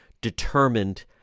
determined